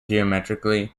geometrically